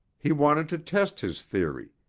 he wanted to test his theory,